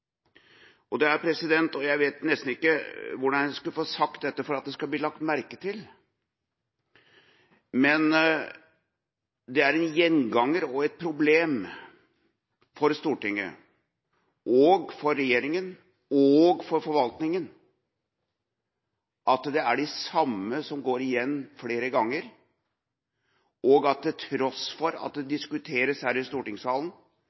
Jeg vet nesten ikke hvordan jeg skal få sagt dette for at det skal bli lagt merke til. Det er en gjenganger og et problem for Stortinget, regjeringa og forvaltninga at det er de samme som går igjen flere ganger, og til tross for at det diskuteres her i stortingssalen,